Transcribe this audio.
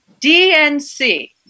DNC